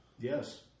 Yes